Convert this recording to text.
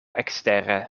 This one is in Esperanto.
ekstere